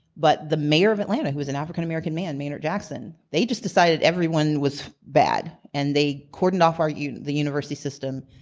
but the mayor of atlanta who was an african-american man, maynard jackson, they just decided everyone was bad. and they cordoned off you know the university system,